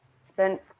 spent